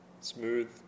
Smooth